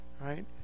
Right